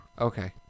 Okay